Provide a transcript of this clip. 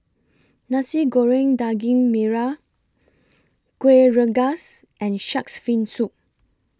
Nasi Goreng Daging Merah Kuih Rengas and Shark's Fin Soup